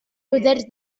poders